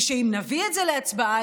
ושאם נביא את זה להצבעה,